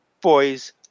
boys